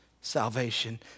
salvation